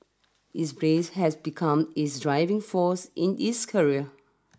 his grief has become his driving force in is career